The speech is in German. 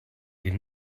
den